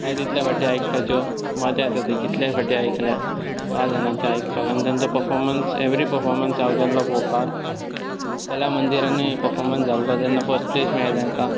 जाय तितले फावटी आयकपाच्यो मजा येता ती कितलेंय फावटी आयकल्यार वाज येना त्यो आयकपाक आनी तेंचो पर्फोमन्स एवरी पर्फोमन्स हांव गेल्लो पळोवपाक कला मंदिरांतूय पर्फोमन्स जाल्लो तेन्ना फस्ट प्लेस मेळ्ळें तेंका